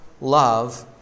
love